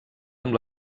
amb